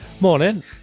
Morning